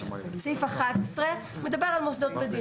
סעיף 11 מדבר על מוסדות מדינה.